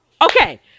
okay